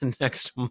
next